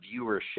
viewership